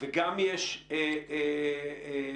ויש גם תכנון.